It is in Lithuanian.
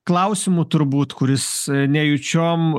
klausimų turbūt kuris nejučiom